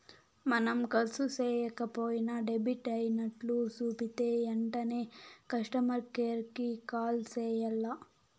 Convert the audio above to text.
మనం కర్సు సేయక పోయినా డెబిట్ అయినట్లు సూపితే ఎంటనే కస్టమర్ కేర్ కి కాల్ సెయ్యాల్ల